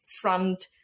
front